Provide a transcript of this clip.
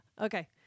Okay